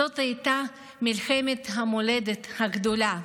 זאת הייתה מלחמת המולדת הגדולה.